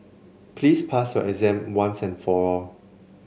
please pass your exam once and for all